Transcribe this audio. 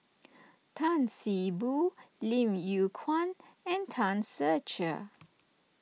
Tan See Boo Lim Yew Kuan and Tan Ser Cher